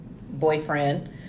boyfriend